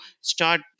start